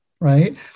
right